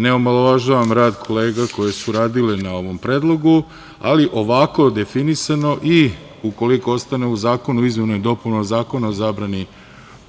Ne omalovažavam rad kolega koje su radile na ovom predlogu, ali ovako definisano i ukoliko ostane u zakonu o izmenama i dopunama Zakona o zabrani